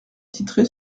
titrait